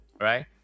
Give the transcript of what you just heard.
right